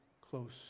close